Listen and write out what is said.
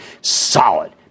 Solid